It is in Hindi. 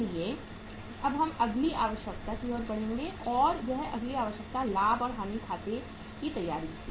इसलिए अब हम अगली आवश्यकता की ओर बढ़ेंगे और यह अगली आवश्यकता लाभ और हानि खाते की तैयारी थी